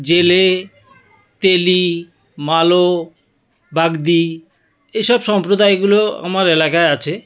জেলে তেলি মালো বাগদি এ সব সম্প্রদায়গুলো আমার এলাকায় আছে